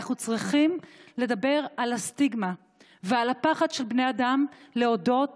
אנחנו צריכים לדבר על הסטיגמה ועל הפחד של בני אדם להודות